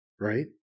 right